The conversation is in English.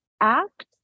act